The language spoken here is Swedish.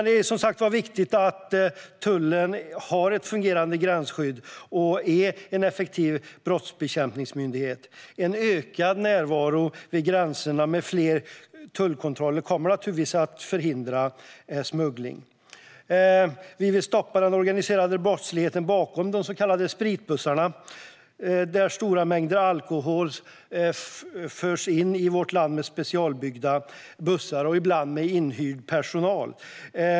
Det är viktigt att tullen har ett fungerande gränsskydd och är en effektiv brottsbekämpningsmyndighet. En ökad närvaro vid gränserna med fler tullkontroller kommer naturligtvis att förhindra smuggling. Vi vill stoppa den organiserade brottsligheten bakom de så kallade spritbussarna, där stora mängder alkohol förs in i vårt land med specialbyggda bussar och ibland med hjälp av inhyrd personal.